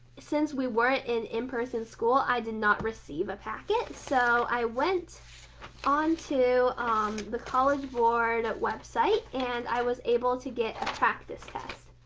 since we weren't in in-person school i did not receive a packet, so i went onto um the college board website and i was able to get a practice test.